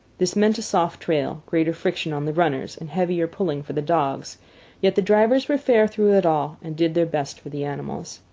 this meant a soft trail, greater friction on the runners, and heavier pulling for the dogs yet the drivers were fair through it all, and did their best for the animals.